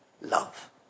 love